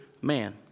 man